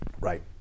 Right